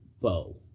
bow